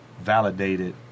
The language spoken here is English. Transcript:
validated